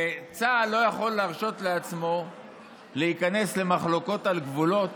וצה"ל לא יכול להרשות לעצמו להיכנס למחלוקות על גבולות,